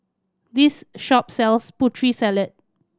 this shop sells Putri Salad